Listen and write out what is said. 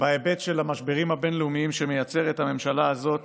בהיבט של המשברים הבין-לאומיים שמייצרת הממשלה הזאת